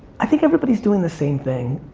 i think everybody's doing the same thing,